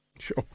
Sure